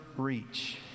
reach